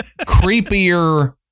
creepier